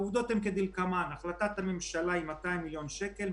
העובדות הן כדלקמן: החלטת הממשלה היא על 200 מיליון שקל,